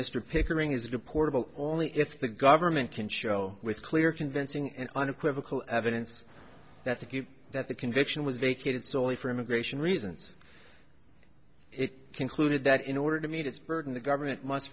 mr pickering is reportable only if the government can show with clear convincing and unequivocal evidence that to keep that the conviction was vacated solely for immigration reasons it concluded that in order to meet its burden the government mu